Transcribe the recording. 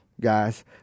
guys